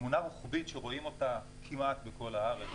תמונה רוחבית שרואים אותה כמעט בכל הארץ